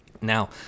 Now